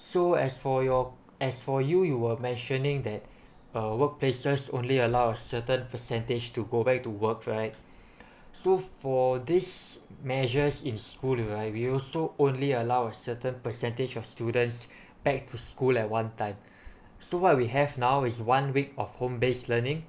so as for your as for you you were mentioning that uh workplaces only allows a certain percentage to go back to work right so for this measures in school right we also only allow a certain percentage of students back to school at one time so what we have now is one week of home based learning and then